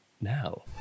now